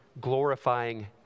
glorifying